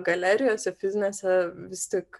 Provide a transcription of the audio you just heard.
galerijose fizinėse vis tik